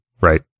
right